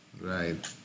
Right